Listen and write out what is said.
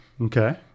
Okay